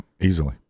easily